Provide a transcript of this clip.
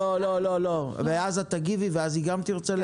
לא, לא, ואז את תגיבי ואז היא גם תרצה להגיב.